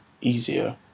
easier